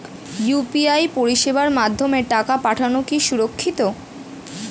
UPI পরিষেবার মাধ্যমে টাকা পাঠানো কি সুরক্ষিত?